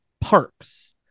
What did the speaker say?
Parks